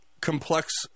complex